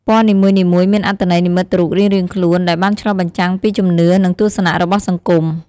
ពណ៌នីមួយៗមានអត្ថន័យនិមិត្តរូបរៀងៗខ្លួនដែលបានឆ្លុះបញ្ចាំងពីជំនឿ និងទស្សនៈរបស់សង្គម។